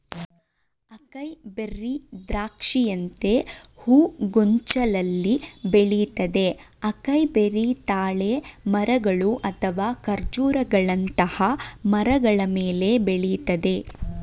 acai berry ದ್ರಾಕ್ಷಿಯಂತೆ ಹೂಗೊಂಚಲಲ್ಲಿ ಬೆಳಿತದೆ ಅಕೈಬೆರಿ ತಾಳೆ ಮರಗಳು ಅಥವಾ ಖರ್ಜೂರಗಳಂತಹ ಮರಗಳ ಮೇಲೆ ಬೆಳಿತದೆ